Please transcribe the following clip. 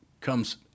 comes